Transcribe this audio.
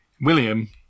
William